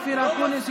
אופיר אקוניס,